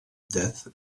death